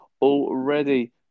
already